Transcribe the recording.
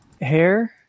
hair